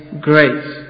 grace